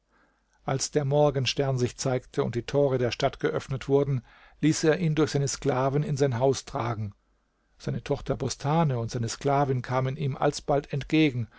als der morgenstern sich zeigte und die tore der stadt geöffnet wurden ließ er ihn durch seine sklaven in sein haus tragen seine tochter bostane und seine sklavin kamen ihm alsbald entgegen